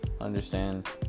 understand